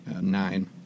Nine